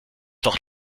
doch